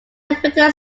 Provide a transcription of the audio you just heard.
affected